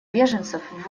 беженцев